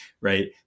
right